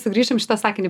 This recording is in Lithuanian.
sugrįšim šitą sakinį